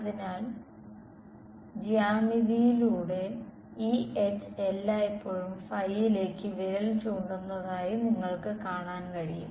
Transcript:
അതിനാൽ ജ്യാമിതിയിലൂടെ ഈ H എല്ലായ്പ്പോഴും ലേക്ക് വിരൽ ചൂണ്ടുന്നതായി നിങ്ങൾക്ക് കാണാൻ കഴിയും